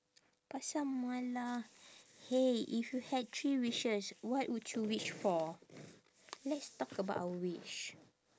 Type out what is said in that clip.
pasar malam !hey! if you had three wishes what would you wish for let's talk about our wish